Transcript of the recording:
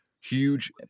huge